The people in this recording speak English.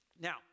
Now